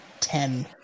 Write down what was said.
ten